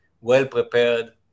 well-prepared